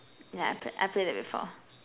yeah I played I played that before